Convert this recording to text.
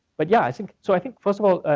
but yeah, i think so i think first of all,